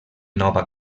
nova